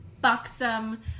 buxom